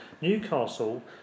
Newcastle